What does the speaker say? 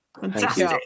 Fantastic